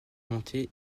monter